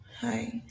hi